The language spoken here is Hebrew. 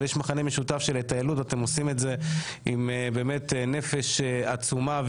עושים את זה בנפש עצומה,